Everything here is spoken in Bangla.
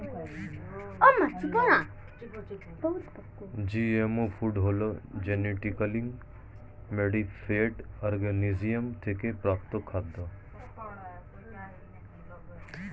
জিএমও ফুড হলো জেনেটিক্যালি মডিফায়েড অর্গানিজম থেকে প্রাপ্ত খাদ্য